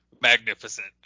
magnificent